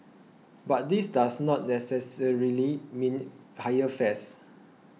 but this does not necessarily mean higher fares